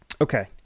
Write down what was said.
Okay